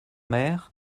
mère